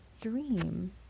dream